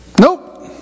Nope